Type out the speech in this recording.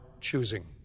choosing